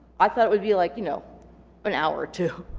i thought it would be like you know an hour or two.